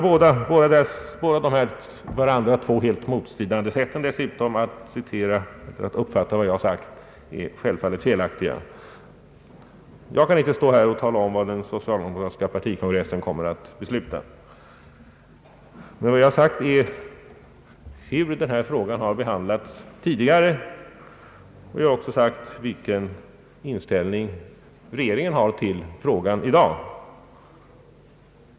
Båda dessa mot varandra stridande tolkningar av vad jag skulle ha sagt är självfallet felaktiga. Jag kan inte stå här och tala om vad den socialdemokratiska partikongressen kan komma att besluta. Men jag har erinrat om hur denna fråga har behandlats tidigare, och jag har sagt vilken inställning regeringen har till frågan i dag.